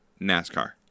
nascar